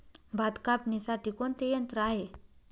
भात कापणीसाठी कोणते यंत्र आहे?